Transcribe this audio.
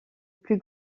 plus